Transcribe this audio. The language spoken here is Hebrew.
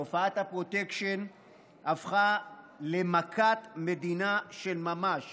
תופעת הפרוטקשן הפכה למכת מדינה של ממש